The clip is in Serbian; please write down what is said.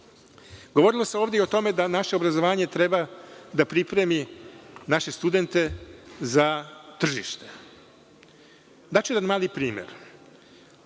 se ovde i o tome da naše obrazovanje treba da pripremi naše studente za tržište. Daću jedan mali primer,